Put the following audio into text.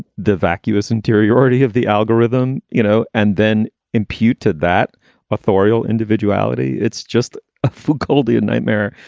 the vacuous interiority of the algorithm, you know, and then impute to that authorial individuality. it's just a few coldly a nightmare,